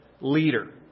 leader